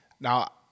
Now